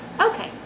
Okay